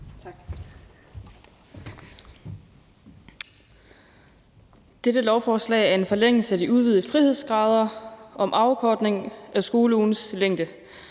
Tak.